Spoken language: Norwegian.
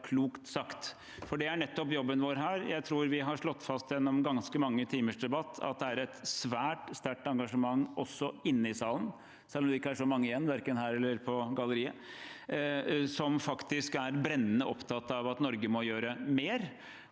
det er nettopp jobben vår her. Jeg tror vi gjennom ganske mange timers debatt har slått fast at det er et svært sterkt engasjement – også inne i salen, selv om det ikke er så mange igjen verken her eller på galleriet – blant folk som faktisk er brennende opptatt av at Norge må gjøre mer.